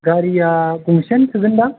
गारिया गंसेयानो थोगोनदां